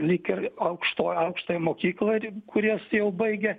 likę aukštoji aukštąja mokykla ir kur jas jau baigė